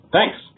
Thanks